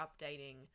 updating